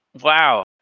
wow